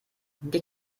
die